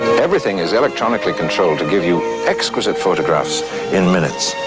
everything is electronically controlled to give you exquisite photographs in minutes.